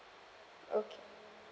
okay